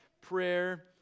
prayer